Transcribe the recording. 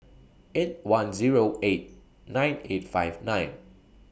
eight one Zero eight nine eight five nine